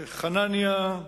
חנניה,